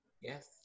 yes